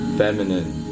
feminine